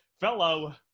fellow